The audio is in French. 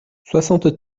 soixante